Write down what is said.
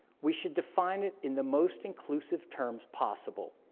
we should define it in the most inclusive terms possible,